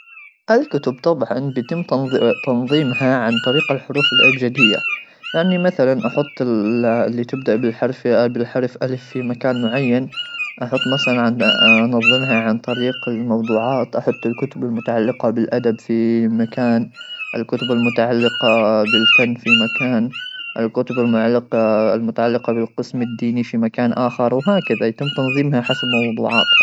الكتب طبعا يتم تنظيمها عن طريق الحروف الابجديه يعني مثلا احط اللي تبدا بالحرف بالحرف الف في مكان معين احط مثلا عن انظمه عن طريق الموضوعات احد الكتب المتعلقه بالادب في مكان الكتب المتعلقه بالفن في مكان الكتب المعلقه المتعلقه بالقسم الديني في مكان اخر وهكذا يتم تنظيمها حسب موضوع